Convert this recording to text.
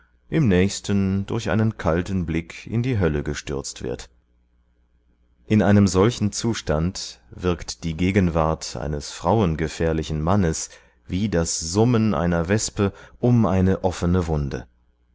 im nächsten durch einen kalten blick in die hölle gestürzt wird in einem solchen zustand wirkt die gegenwart eines frauengefährlichen mannes wie das summen einer wespe um eine offene wunde